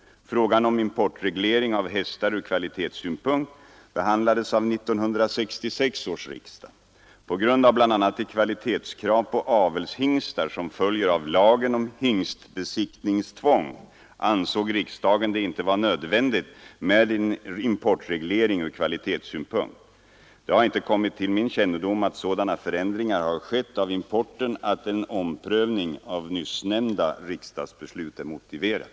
Frågan om reglering av importen av hästar från kvalitetssynpunkt behandlades av 1966 års riksdag. På grund av bl.a. de kvalitetskrav på avelshingstar som följer av lagen om hingstbesiktningstvång ansåg riksdagen det inte vara nödvändigt med en importreglering från kvalitetssynpunkt. Det har inte kommit till min kännedom att sådana förändringar har skett av importen att en omprövning av nyssnämnda riksdagsbeslut är motiverad.